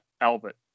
Albert